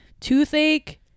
toothache